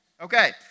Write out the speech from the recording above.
Okay